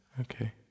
Okay